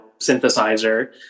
synthesizer